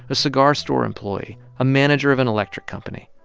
a cigar store employee, a manager of an electric company.